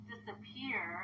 Disappear